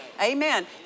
Amen